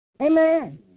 Amen